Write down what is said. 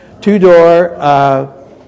two-door